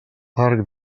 arc